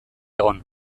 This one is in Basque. egon